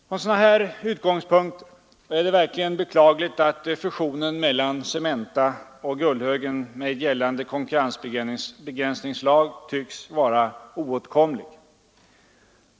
Från sådana här utgångspunkter är det verkligen beklagligt att fusionen mellan Cementa och Gullhögen med gällande konkurrensbegränsningslag tycks vara oåtkomlig.